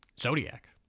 Zodiac